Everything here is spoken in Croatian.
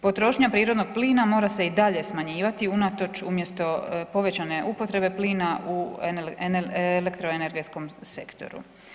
Potrošnja prirodnog plina mora se i dalje smanjivati unatoč umjesto povećane upotrebe plina u elektroenergetskom sektoru.